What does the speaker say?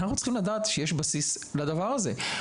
אנחנו צריכים לדעת שיש בסיס לדבר הזה.